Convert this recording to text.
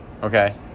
Okay